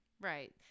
right